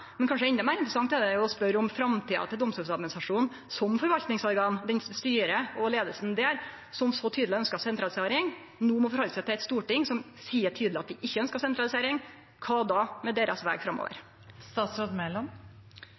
Men kanskje endå meir interessant er det å spørje om framtida til Domstoladministrasjonen som forvaltningsorgan, den som styrer, og leiinga der, som så tydeleg ønskjer sentralisering, og som no må forhalde seg til eit storting som tydeleg seier at dei ikkje ønskjer sentralisering – kva då med deira veg framover?